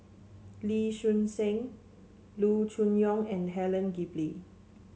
Lee Choon Seng Loo Choon Yong and Helen Gilbey